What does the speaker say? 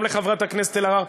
גם לחברת הכנסת אלהרר,